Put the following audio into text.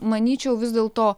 manyčiau vis dėlto